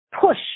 push